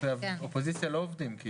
האופוזיציה לא עובדים?